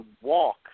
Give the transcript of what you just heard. walk